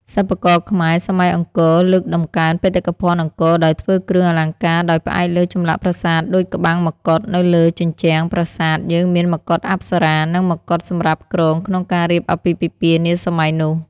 សិប្បករខ្មែរសម័យអង្គរលើកតម្កើងបេតិកភណ្ឌអង្គរដោយធ្វើគ្រឿងអលង្ការដោយផ្អែកលើចម្លាក់ប្រាសាទដូចក្បាំងមកុដនៅលើជញ្ជ្រាំប្រាសាទយើងមានមកុដអប្សរា និងមកុដសម្រាប់គ្រងក្នុងការរៀបអាពាហ៍ពិពាហ៍នាសម័យនោះ